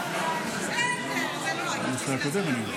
חבריי